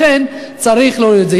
לכן צריך להוריד את זה.